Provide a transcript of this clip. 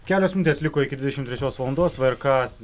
kelios minutės liko iki dvidešimt trečios valandos vrk